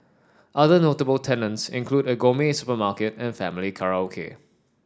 other notable tenants include a gourmet supermarket and family karaoke